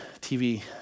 TV